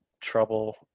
trouble